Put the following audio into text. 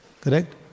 Correct